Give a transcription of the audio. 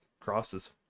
crosses